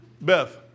Beth